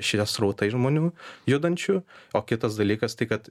šie srautai žmonių judančių o kitas dalykas tai kad